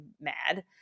mad